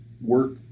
work